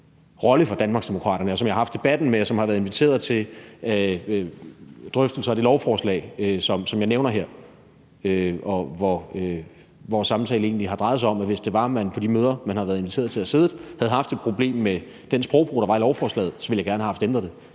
rolle for Danmarksdemokraterne, og som jeg har haft debatten med, og som har været inviteret til drøftelser af det lovforslag, som jeg nævner her, og hvor vores samtale egentlig har drejet sig om, at man, hvis det var sådan, at man på de møder, man har været inviteret til og har siddet i, havde haft et problem med den sprogbrug, der var i lovforslaget, kunne have sagt, at man gerne